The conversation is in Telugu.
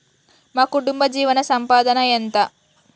మా కుటుంబ జీవన సంపాదన ఎంత?